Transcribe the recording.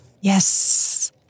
Yes